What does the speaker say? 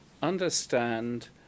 understand